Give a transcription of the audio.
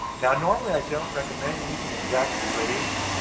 now normally, i don't recommend using exact phrase,